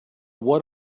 what